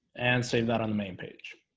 and save that on the main page